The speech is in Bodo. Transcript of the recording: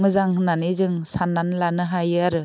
मोजां होन्नानै जों सान्नानै लानो हायो आरो